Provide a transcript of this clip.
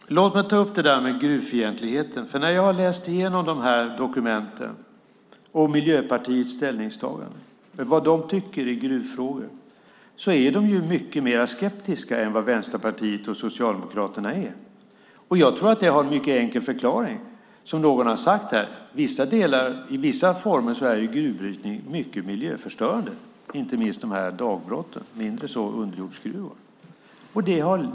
Fru talman! Låt mig ta upp det där med gruvfientlighet. Jag har läst igenom dokumenten och Miljöpartiets ställningstagande. Miljöpartiet är mycket mer skeptiskt än vad Vänsterpartiet och Socialdemokraterna är. Jag tror att det har en mycket enkel förklaring. Som någon har sagt här är gruvbrytning till vissa delar mycket miljöförstörande, inte minst dagbrotten, mindre så när det gäller underjordsgruvor.